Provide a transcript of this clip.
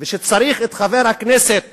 וצריך את חבר הכנסת